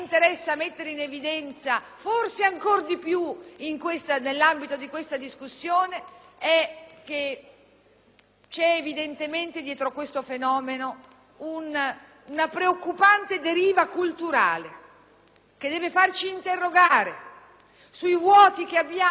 è che c'è dietro questo fenomeno una preoccupante deriva culturale, che deve farci interrogare sui vuoti che abbiamo contribuito a determinare nel sistema dei valori, nella trasmissione dei nostri valori